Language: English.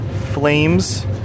Flames